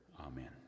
Amen